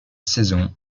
saison